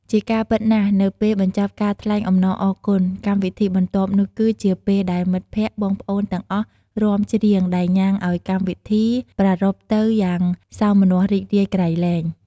ជាការពិតណាស់ នៅពេលបញ្ចប់ការថ្លែងអំណរអរគុណ កម្មវិធីបន្ទាប់នោះគឺជាពេលដែល មិត្តភ្កតិ បងប្អូនទាំងអស់រាំ ច្រៀងដែលញ៊ាំងឲ្យកម្មវិធីប្រារព្ធទៅយ៉ាងសោមនស្សរីករាយក្រៃលែង។